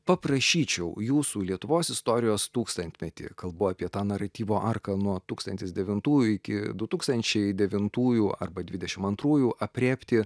paprašyčiau jūsų lietuvos istorijos tūkstantmetį kalbu apie tą naratyvo arką nuo tūkstantis devintųjų iki du tūkstančiai devintųjų arba dvidešim antrųjų aprėpti